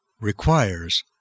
requires